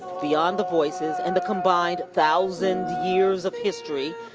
beyond the voices and the combined thousand years of history,